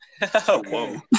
whoa